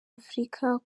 afurika